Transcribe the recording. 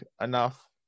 enough